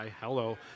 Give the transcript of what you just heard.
Hello